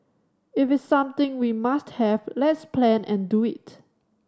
if something we must have let's plan and do it